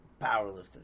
Powerlifting